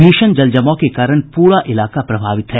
भीषण जलजमाव के कारण पूरा इलाका प्रभावित है